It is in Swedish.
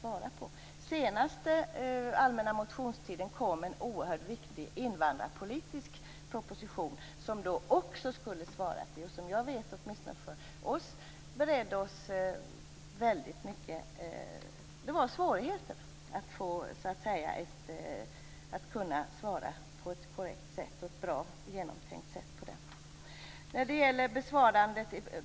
Under den senaste allmänna motionstiden kom en oerhört viktig invandrarpolitisk proposition som också skulle besvaras. Det beredde åtminstone oss i Folkpartiet stora svårigheter att kunna svara på ett korrekt, bra och genomtänkt sätt på den.